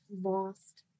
lost